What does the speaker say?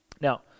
Now